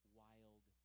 wild